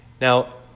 now